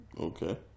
Okay